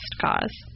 cause